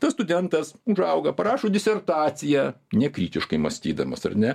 tas studentas užauga parašo disertaciją nekritiškai mąstydamas ar ne